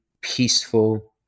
peaceful